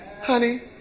honey